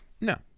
No